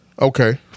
Okay